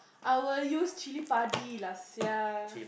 I will use chilli padi lah sia